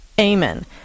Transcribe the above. Amen